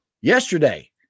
Yesterday